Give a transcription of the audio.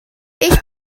ich